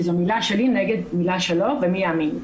זו מילה שלי נגד מילה שלו ומי יאמין לי.